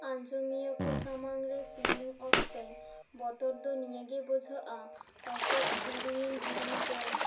ᱟᱱᱡᱚᱢᱤᱭᱟᱹ ᱠᱚ ᱥᱟᱢᱟᱝ ᱨᱮ ᱥᱮᱹᱨᱮᱹᱧ ᱚᱠᱛᱮ ᱵᱚᱛᱚᱨ ᱫᱚ ᱱᱤᱭᱟᱹ ᱜᱮ ᱵᱩᱡᱷᱟᱹᱜᱼᱟ ᱯᱟᱪᱮᱫ ᱥᱮᱹᱨᱮᱹᱧ ᱤᱧ ᱦᱤᱲᱤᱧ ᱠᱮᱫ